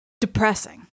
depressing